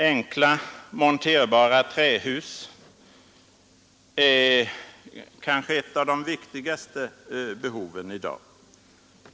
Enkla, monterbara trähus är kanske ett av de viktigaste behoven i dag.